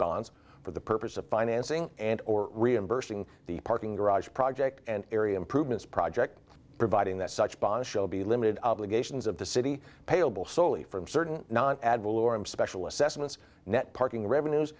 bonds for the purpose of financing and or reimbursing the parking garage project and area improvements project providing that such bonds shall be limited obligations of the city payable solely from certain advil or him special assessments net parking revenues